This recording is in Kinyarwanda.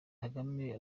kagame